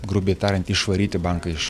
grubiai tariant išvaryti banką iš